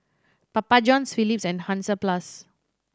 Papa Johns Philips and Hansaplast